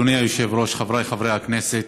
אדוני היושב-ראש, חבריי חברי הכנסת,